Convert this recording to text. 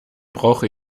brauche